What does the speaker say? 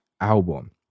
album